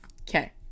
okay